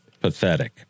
pathetic